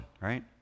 right